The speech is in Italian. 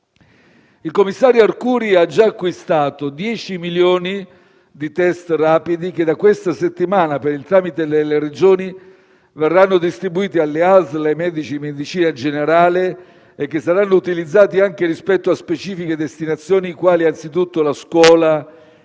Il commissario Arcuri ha già acquistato 10 milioni di test rapidi che, da questa settimana, per il tramite delle Regioni, verranno distribuiti alle ASL e ai medici di medicina generale, e che saranno utilizzati anche rispetto a specifiche destinazioni, quali anzitutto la scuola, in modo